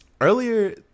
earlier